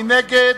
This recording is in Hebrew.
מי נגד?